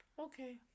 Okay